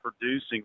producing